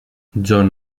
john